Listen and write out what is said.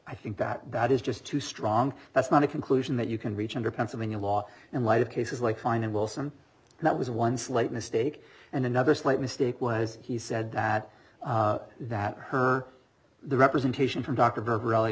i think that that is just too strong that's not a conclusion that you can reach under pennsylvania law in light of cases like finding wilson and that was one slight mistake and another slight mistake was he said that that her the representation from d